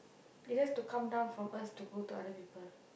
it has to come down from us to go to other people